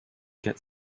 get